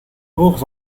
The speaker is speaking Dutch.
oog